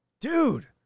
dude